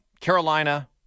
Carolina